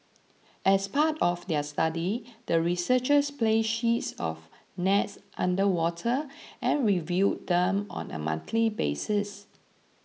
as part of their study the researchers placed sheets of nets underwater and reviewed them on a monthly basis